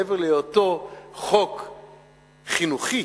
מעבר להיותו חוק חינוכי,